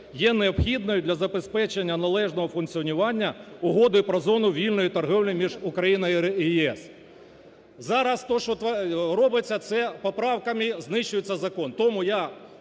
є необхідною для забезпечення належного функціонування Угоди про зону вільної торгівлі між Україною і ЄС. Зараз те, що робиться, це поправками знищується закон.